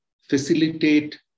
facilitate